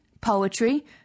Poetry